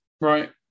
Right